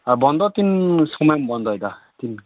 ᱟᱨ ᱵᱚᱱᱫᱚ ᱛᱤᱱ ᱥᱚᱢᱳᱭᱮᱢ ᱵᱚᱱᱫᱚᱭᱮᱫᱟ ᱛᱤᱱ